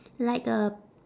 like a